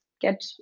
get